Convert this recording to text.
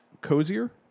cozier